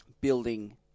building